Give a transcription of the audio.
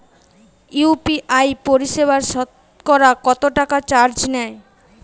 UPI পরিসেবায় সতকরা কতটাকা চার্জ নেয়?